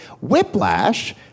Whiplash